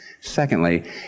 Secondly